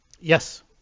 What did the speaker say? Yes